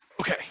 okay